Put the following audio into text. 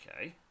Okay